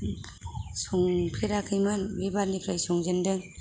संफेराखैमोन बे बारनिफ्राय संजेनदों